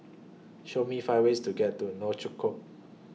Show Me five ways to get to Nouakchott